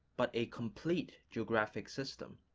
but a complete geographic system.